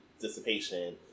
dissipation